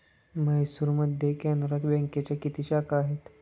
म्हैसूरमध्ये कॅनरा बँकेच्या किती शाखा आहेत?